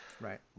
Right